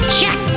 Check